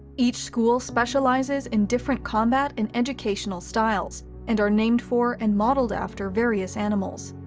each school specializes in different combat and educational styles and are named for and modeled after various animals.